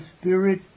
Spirit